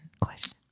Question